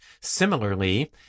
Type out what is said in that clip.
Similarly